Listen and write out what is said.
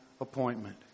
appointment